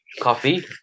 coffee